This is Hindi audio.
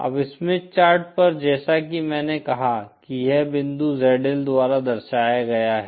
अब स्मिथ चार्ट पर जैसा कि मैंने कहा कि यह बिंदु ZL द्वारा दर्शाया गया है